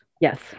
Yes